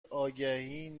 آگهی